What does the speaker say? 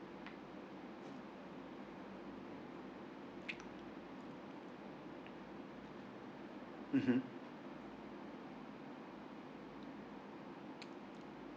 mmhmm